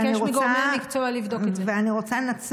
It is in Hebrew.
ואני רוצה, אני אבקש מגורמי מקצוע לבדוק את זה.